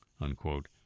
unquote